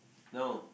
no